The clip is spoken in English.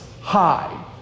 hi